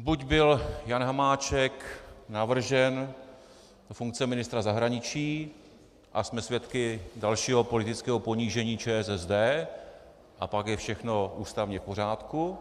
Buď byl Jan Hamáček navržen do funkce ministra zahraničí a jsme svědky dalšího politického ponížení ČSSD, a pak je všechno ústavně v pořádku.